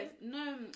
No